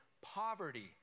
poverty